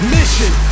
Mission